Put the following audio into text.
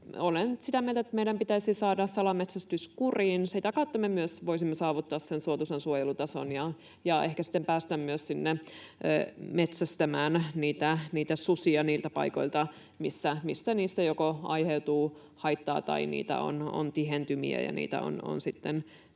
Olen sitä mieltä, että meidän pitäisi saada salametsästys kuriin. Sitä kautta me myös voisimme saavuttaa sen suotuisan suojelutason ja ehkä sitten päästä myös metsästämään susia niiltä paikoilta, missä niistä joko aiheutuu haittaa tai on tihentymiä